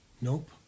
Nope